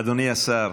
אדוני השר,